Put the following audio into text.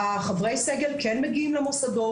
חברי הסגל כן מגיעים למוסדות,